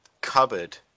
cupboard